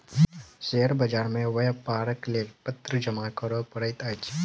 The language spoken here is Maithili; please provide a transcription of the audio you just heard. शेयर बाजार मे व्यापारक लेल पत्र जमा करअ पड़ैत अछि